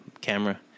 camera